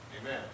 Amen